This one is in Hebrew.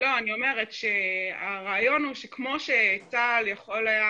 אני אומרת שהרעיון הוא שכמו שצה"ל יכול היה